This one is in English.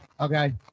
Okay